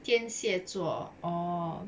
天蝎座 oh